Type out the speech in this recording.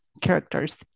characters